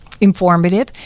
informative